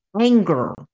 anger